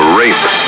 rape